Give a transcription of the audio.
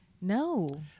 No